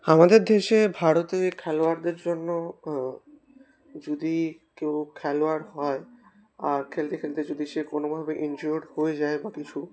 আমাদের দেশে ভারতে খেলোয়াড়দের জন্য যদি কেউ খেলোয়াড় হয় আর খেলতে খেলতে যদি সে কোনোভাবে ইনজিওর্ড হয়ে যায় বা কিছু